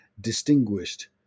distinguished